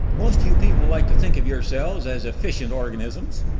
most you people like to think of yourselves as efficient organisms.